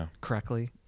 correctly